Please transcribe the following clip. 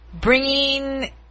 bringing